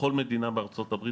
בכל מדינה בארצות הברית